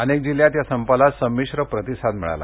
अनेक जिल्ह्यात या संपाला संमिश्र प्रतिसाद मिळाला